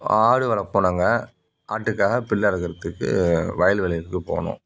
ஆடு வளர்ப்போம் நாங்கள் ஆட்டுக்காக பில்லறுக்கிறதுக்கு வயல் வேலைகளுக்கு போனோம்